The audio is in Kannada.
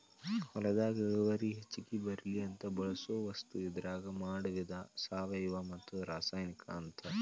ಹೊಲದಾಗ ಇಳುವರಿ ಹೆಚಗಿ ಬರ್ಲಿ ಅಂತ ಬಳಸು ವಸ್ತು ಇದರಾಗ ಯಾಡ ವಿಧಾ ಸಾವಯುವ ಮತ್ತ ರಾಸಾಯನಿಕ ಅಂತ